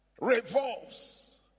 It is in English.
revolves